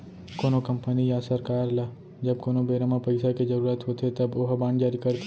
कोनो कंपनी या सरकार ल जब कोनो बेरा म पइसा के जरुरत होथे तब ओहा बांड जारी करथे